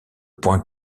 point